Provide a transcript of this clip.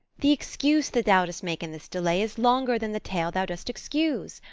the excuse that thou dost make in this delay is longer than the tale thou dost excuse.